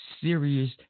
serious